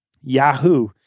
Yahoo